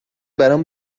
برام